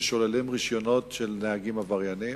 ששוללים רשיונות של נהגים עבריינים,